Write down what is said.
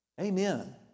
Amen